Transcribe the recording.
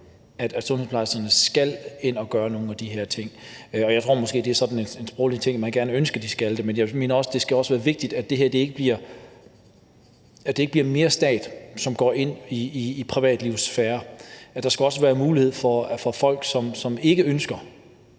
at sundhedsplejerskerne skal ind at gøre nogle af de her ting. Jeg tror, det måske er sådan en sproglig ting med, at man gerne ønsker, at de skal det, men jeg mener også, at det er vigtigt, at det her ikke bliver mere stat, som går ind i privatlivets sfære. Der skal også være en mulighed for, at folk, som ikke ønsker